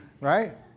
Right